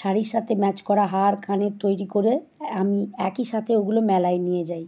শাড়ির সাথে ম্যাচ করা হার কানের তৈরি করে অ্যা আমি একই সাথে ওগুলো মেলায় নিয়ে যাই